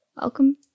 welcome